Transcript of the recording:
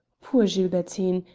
poor gilbertine!